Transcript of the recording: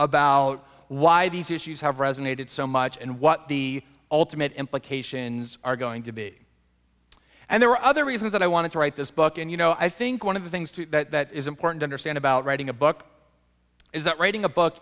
about why these issues have resonated so much and what the ultimate implications are going to be and there were other reasons that i wanted to write this book and you know i think one of the things too that is important understand about writing a book is that writing a book